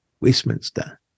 Westminster